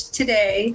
today